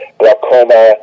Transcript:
glaucoma